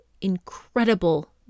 incredible